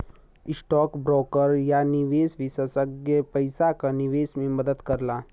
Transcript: stock broker या निवेश विषेसज्ञ पइसा क निवेश में मदद करला